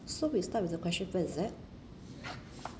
so we start with a question first is it